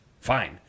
Fine